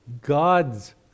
God's